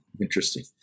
Interesting